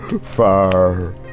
Far